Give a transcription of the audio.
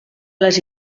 les